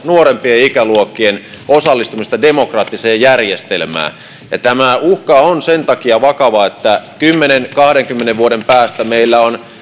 nuorempien ikäluokkien osallistumisesta demokraattiseen järjestelmään tämä uhka on sen takia vakava että kymmenen viiva kahdenkymmenen vuoden päästä meillä on